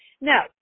Now